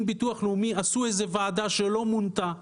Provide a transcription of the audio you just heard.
הביטוח הלאומי עשו איזו ועדה שלא מונתה,